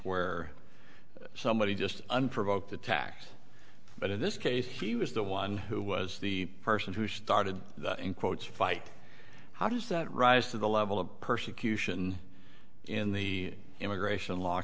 where somebody just unprovoked attacks but in this case he was the one who was the person who started the in quotes fight how does that rise to the level of persecution in the immigration law